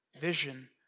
vision